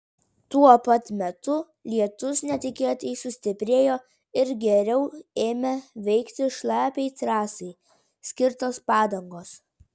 tuo pat metu lietus netikėtai sustiprėjo ir geriau ėmė veikti šlapiai trasai skirtos padangos